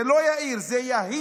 זה לא יאיר, זה יהיר.